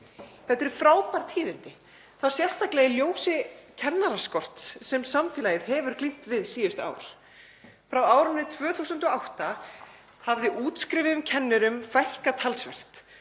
Þetta eru frábær tíðindi, sérstaklega í ljósi kennaraskorts sem samfélagið hefur glímt við síðustu ár. Frá árinu 2008 hafði útskrifuðum kennurum fækkað talsvert